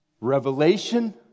Revelation